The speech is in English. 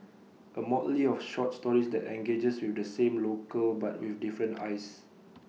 A motley of short stories that engages with the same locale but with different eyes